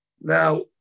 Now